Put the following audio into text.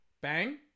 Bang